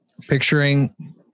Picturing